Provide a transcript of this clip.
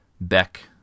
Beck